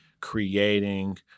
creating